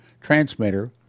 transmitter